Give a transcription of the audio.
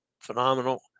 phenomenal